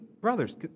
brothers